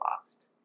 lost